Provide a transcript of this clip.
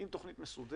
הם קיבלו תכנית מסודרת,